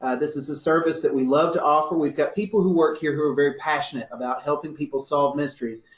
ah this is a service that we love to offer. we've got people who work here who are very passionate about helping people solve mysteries,